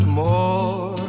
more